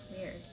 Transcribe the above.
weird